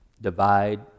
divide